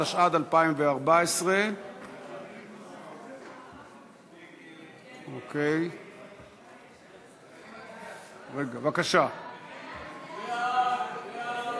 התשע"ד 2014. בבקשה.